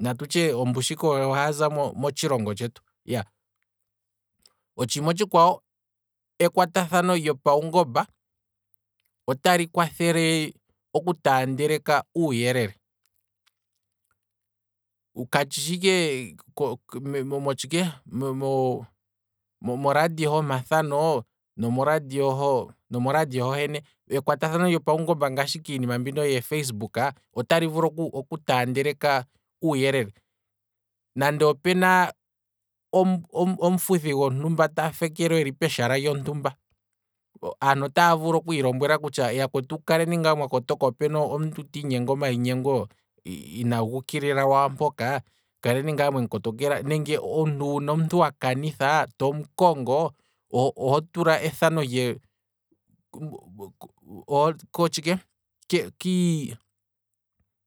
Natutye ombushiki oho haza motshilongo tshetu iyaa, otshiima otshikwawo, ekwata thano lyopaungomba, otali kwathele oku taandeleka uuyelele, katshi shi ike mo- motshike, mo- mo radio homathano, nomo radio homwene, ekwatathano lyopaungomba ngashi kiinima mbino yofacebook, otali vulu oku tandeleka uuyelele, nande opena omufuthi gontumba ta fekelwa eli peshala lyontumba, aantu ota vulu oku popya kutya kale ngaa mwa kotoka opena omuntu gontumba tiinye nge mayi nyengo ina ga ukilila lwaampoka kale ngaa mwemu kotokela, nenge omuntu wuna omuntu wakanitha tomukongo oho tula etahano lye kotshike,